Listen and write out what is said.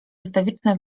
ustawiczne